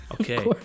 Okay